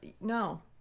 no